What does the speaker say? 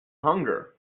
hunger